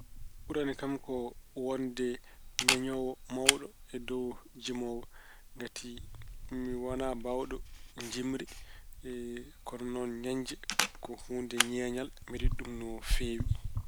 Ɓurani kam ko wonde ñeñoowo mawɗo e dow jimoowo ngati mi wonaa mbaawɗo jimri. Kono noon ñeñde ko huunde ñeeñal. Mbeɗe yiɗi ɗum no feewi.